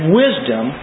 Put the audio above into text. wisdom